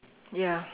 ya